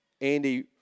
Andy